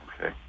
Okay